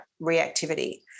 reactivity